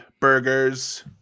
Burgers